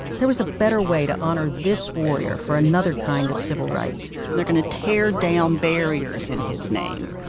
there was a better way to honor this warrior for another kind of civil rights they're going to tear down barriers in his name.